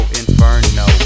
inferno